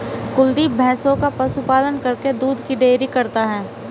कुलदीप भैंसों का पशु पालन करके दूध की डेयरी करता है